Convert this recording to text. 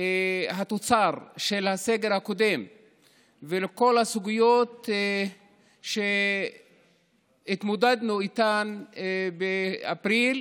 התוצאות של הסגר הקודם ולכל הסוגיות שהתמודדנו איתן באפריל,